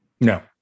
No